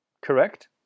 Correct